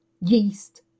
yeast